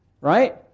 right